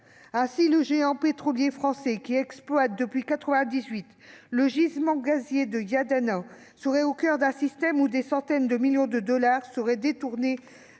Ainsi, le géant pétrolier français, qui exploite depuis 1998 le gisement gazier de Yadana, serait au coeur d'un système grâce auquel des centaines de millions de dollars seraient détournés